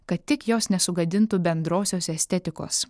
kad tik jos nesugadintų bendrosios estetikos